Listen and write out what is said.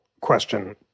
question